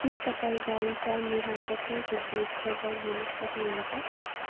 के तपाईँ गायिका नेहा कक्करको गीत बजाइदिन सक्नुहुन्छ